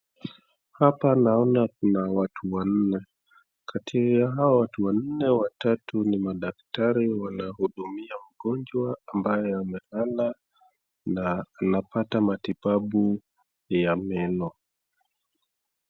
Hapa naona kuna watu wanne. Kati ya hawa watu wanne watatu ni madkatari wanahudumia mgojwa ambaye amelala na anapata matibabu ya meno.